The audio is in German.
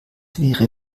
wäre